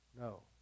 No